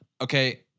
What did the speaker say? okay